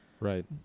Right